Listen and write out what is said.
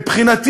מבחינתי,